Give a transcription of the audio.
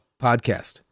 podcast